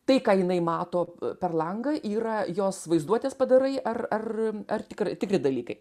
tai ką jinai mato per langą yra jos vaizduotės padarai ar ar ar tikr tikri dalykai